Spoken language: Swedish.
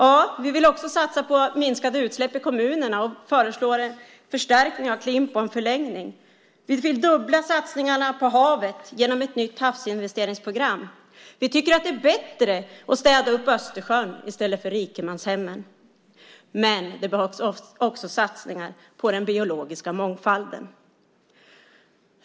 Vi vill också satsa på minskade utsläpp i kommunerna och föreslår en förstärkning och förlängning av Klimp:en. Vi vill dubbla satsningarna på havet genom ett nytt havsinvesteringsprogram. Vi tycker att det är bättre att städa upp Östersjön i stället för rikemanshemmen. Det behövs också satsningar på den biologiska mångfalden.